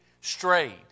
strayed